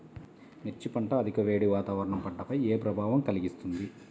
మిర్చి పంట అధిక వేడి వాతావరణం పంటపై ఏ ప్రభావం కలిగిస్తుంది?